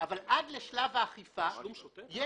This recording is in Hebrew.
אבל עד לשלב האכיפה יש